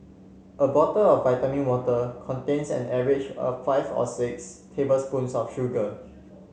a bottle of vitamin water contains an average of five or six tablespoons of sugar